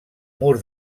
mur